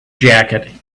jacket